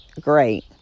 great